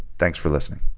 thanks for listening